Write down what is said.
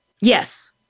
Yes